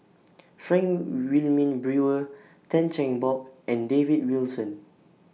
Frank Wilmin Brewer Tan Cheng Bock and David Wilson